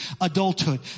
adulthood